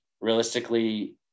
realistically